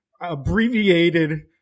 abbreviated